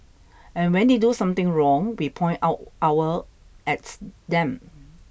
and when they do something wrong we point out our at them